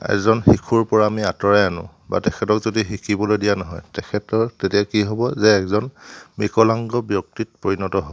এজন শিশুৰ পৰা আমি আঁতৰাই আনো বা তেখেতক যদি শিকিবলৈ দিয়া নহয় তেখেতৰ তেতিয়া কি হ'ব যে এজন বিকলাংগ ব্যক্তিত পৰিণত হ'ব